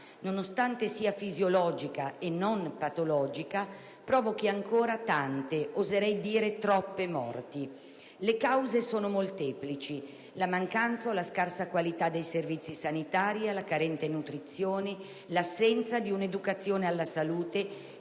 nonostante sia fisiologica e non patologica, provochi ancora tante, oserei dire troppe morti. Le cause sono molteplici: la mancanza o la scarsa qualità dei servizi sanitari, la carente nutrizione, l'assenza di un'educazione alla salute,